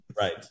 Right